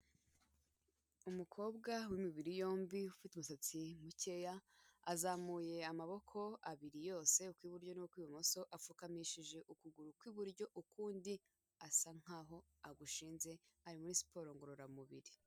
Umukobwa w'imibiri yombi ufite umusatsi mukeya, azamuye amaboko abiri yose ukw'iburyo n'ukw'ibumoso, apfukamishije ukuguru kw'iburyo, ukundi asa nk'aho agushinze, ari muri siporo ngororamubiri.